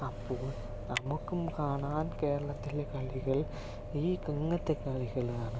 അപ്പോൾ നമുക്കും കാണാൻ കേരളത്തിലെ കളികൾ ഈ ഇങ്ങനത്തെ കളികളാണ്